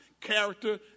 character